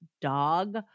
dog